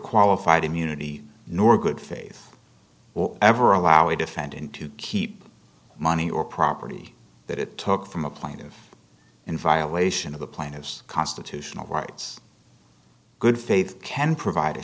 qualified immunity nor good faith will ever allow a defendant to keep money or property that it took from a plaintive in violation of the plaintiff's constitutional rights good faith can provide a